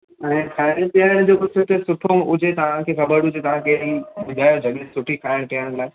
ऐं खाइण पीअण जो कुझु हिते सुठो हुजे तव्हांखे ख़बर हुजे तव्हांखे की ॿुधायो जॻहि सुठी खाइण पीअण लाइ